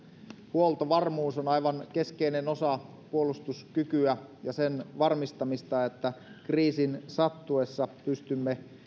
huoltovarmuus on aivan keskeinen osa puolustuskykyä ja sen varmistamista että kriisin sattuessa pystymme